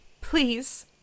Please